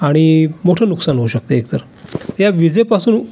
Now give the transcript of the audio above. आणि मोठं नुकसान होऊ शकते एकतर या विजेपासून